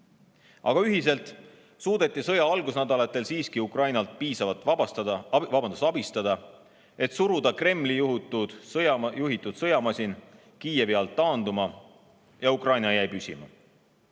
Aga ühiselt suudeti sõja algusnädalatel siiski Ukrainat piisavalt abistada, et suruda Kremli juhitud sõjamasin Kiievi alt taanduma. Ukraina jäi püsima.